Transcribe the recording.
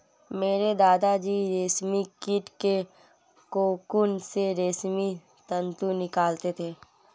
मेरे दादा जी रेशमी कीट के कोकून से रेशमी तंतु निकालते थे